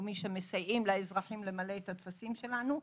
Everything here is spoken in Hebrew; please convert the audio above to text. הלאומי שמסייעים לאזרחים למלא את הטפסים שלנו,